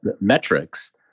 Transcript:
metrics